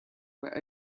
were